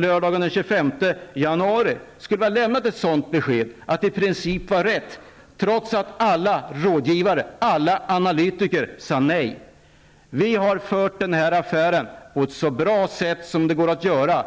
lördagen den 25 januari? Skulle vi ha lämnat ett sådant besked, att det i princip var rätt, trots att alla rådgivare och alla analytiker sade nej? Vi har fört den här affären på ett så bra sätt som det går att göra.